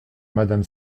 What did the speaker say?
madame